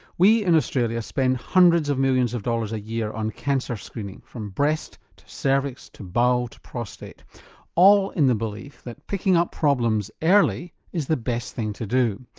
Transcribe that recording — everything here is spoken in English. we in australia spend hundreds of millions of dollars a year on cancer screening from breast to cervix to bowel to prostate all in the belief that picking up problems early is the best thing to do.